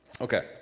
Okay